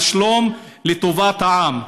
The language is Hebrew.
על שלום לטובת העם,